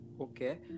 Okay